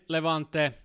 Levante